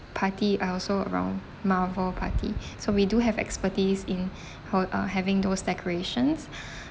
party are also around marvel party so we do have expertise in ho~ uh having those decorations